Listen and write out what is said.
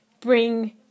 bring